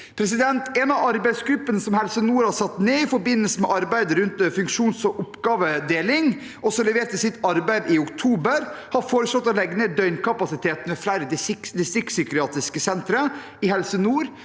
rives. En av arbeidsgruppene Helse nord har satt ned i forbindelse med arbeidet rundt funksjons- og oppgavedeling, som leverte sitt arbeid i oktober, har foreslått å legge ned døgnkapasiteten ved flere distriktspsykiatriske sentre i Helse nord,